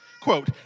quote